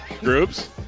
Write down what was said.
Groups